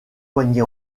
poignée